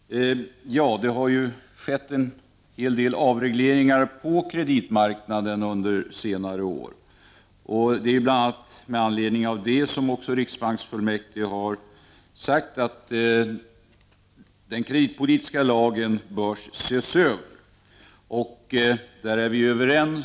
Herr talman! Det har skett en hel del avregleringar på kreditmarknaden under senare år. Det är bl.a. mot bakgrund av detta som riksbanksfullmäktige har sagt att lagen om kreditpolitiska medel bör ses över.